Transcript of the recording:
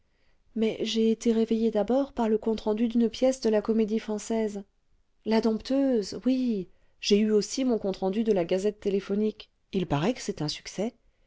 mais j'ai été réveillée d'abord par le compte rendu d'une pièce de la comédie-française la dompteuse oui j'ai eu aussi mon compte rendu delà gazette téléphonique il paraît que c'est un succès